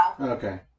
Okay